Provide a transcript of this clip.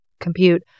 compute